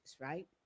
right